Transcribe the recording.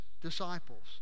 disciples